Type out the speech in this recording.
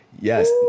Yes